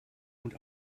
und